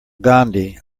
gandhi